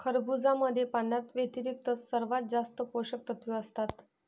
खरबुजामध्ये पाण्याव्यतिरिक्त सर्वात जास्त पोषकतत्वे असतात